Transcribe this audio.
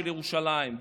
בירושלים,